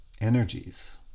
energies